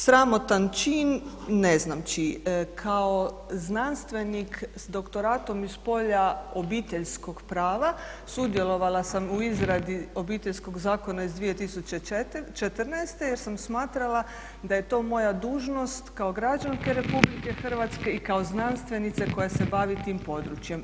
Sramotan čin ne znam, kao znanstvenik s doktoratom iz polja iz obiteljskog prava sudjelovala sam u izradi Obiteljskog zakona iz 2014. jer sam smatrala da je to moja dužnost kao građanke RH i kao znanstvenice koja se bavi tim područjem.